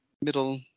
Middle